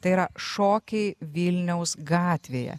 tai yra šokiai vilniaus gatvėje